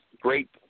great